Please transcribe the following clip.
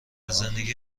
زندگی